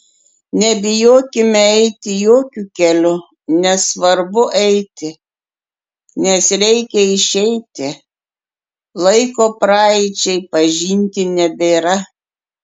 nebijokime eiti jokiu keliu nes svarbu eiti nes reikia išeiti laiko praeičiai pažinti nebėra